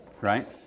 Right